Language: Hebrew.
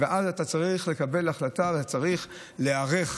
ואז אתה צריך לקבל החלטה ואתה צריך להיערך